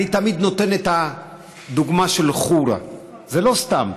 אני תמיד נותן את הדוגמה של חורה, זה לא סתם.